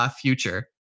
future